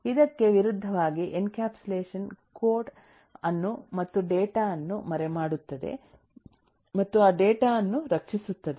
ಇದಕ್ಕೆ ವಿರುದ್ಧವಾಗಿ encapsulation code ಅನ್ನು ಮತ್ತು ಡೇಟಾ ಅನ್ನು ಮರೆಮಾಡುತ್ತದೆ ಮತ್ತು ಆ ಡೇಟಾ ಅನ್ನು ರಕ್ಷಿಸುತ್ತದೆ